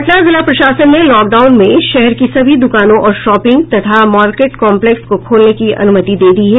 पटना जिला प्रशासन ने लॉकडाउन में शहर की सभी दुकानों और शॉपिंग तथा मार्केट कॉम्प्लेक्स को खोलने की अनुमति दे दी है